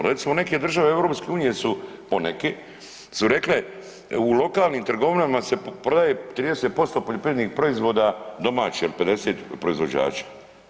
Recimo neke države EU su, poneke, su rekle u lokalnim trgovinama se prodaje 30% poljoprivrednih proizvoda domaće 50 proizvođača.